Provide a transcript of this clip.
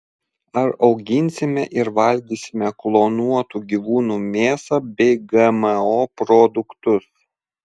ar auginsime ir valgysime klonuotų gyvūnų mėsą bei gmo produktus